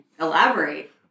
Elaborate